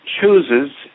chooses